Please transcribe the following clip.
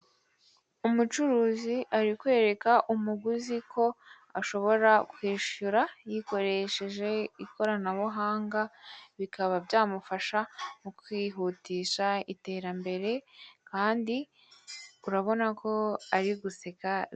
Umucuruzi ari kwereka umuguzi ko ashobora kwishyura yikoresheje ikoranbuhanga, bikaba byamufasha mu kwihutisha iterambere, kandi urabona ko ari guseka.